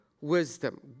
wisdom